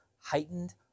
heightened